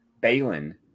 Balin